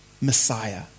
Messiah